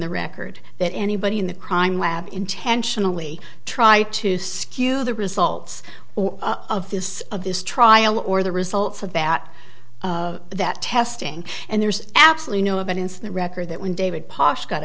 the record that anybody in the crime lab intentionally try to skew the results of this of this trial or the results of that that testing and there's absolutely no evidence in the record that when david